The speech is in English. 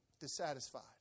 dissatisfied